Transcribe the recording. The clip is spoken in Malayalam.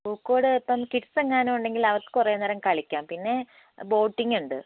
പൂക്കോട് ഇപ്പം കിഡ്സ് എങ്ങാനും ഉണ്ടെങ്കിൽ അവർക്ക് കുറേ നേരം കളിക്കാം പിന്നെ ബോട്ടിങ്ങുണ്ട്